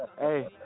Hey